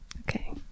Okay